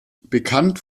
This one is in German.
bekannt